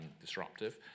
disruptive